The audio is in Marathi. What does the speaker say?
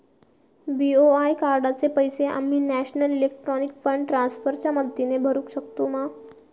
बी.ओ.आय कार्डाचे पैसे आम्ही नेशनल इलेक्ट्रॉनिक फंड ट्रान्स्फर च्या मदतीने भरुक शकतू मा?